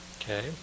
Okay